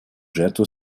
жертву